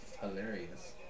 hilarious